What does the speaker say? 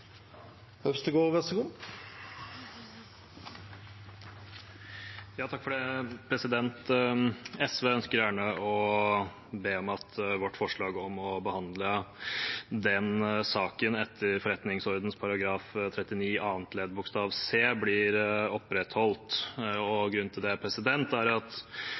Øvstegård har bedt om ordet. SV ønsker å be om at vårt forslag, om å behandle den saken etter forretningsordenens § 39 annet ledd c, blir opprettholdt. Grunnen til det er at